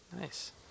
Nice